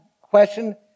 question